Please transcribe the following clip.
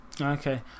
okay